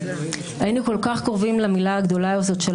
היינו כל כך קרובים למילה הגדולה הזאת,